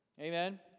Amen